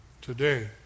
today